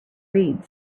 read